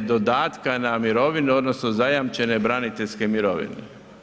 dodatka na mirovinu odnosno zajamčene braniteljske mirovine.